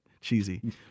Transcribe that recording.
cheesy